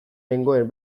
nengoen